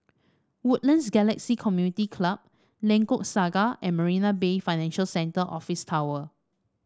Woodlands Galaxy Community Club Lengkok Saga and Marina Bay Financial Centre Office Tower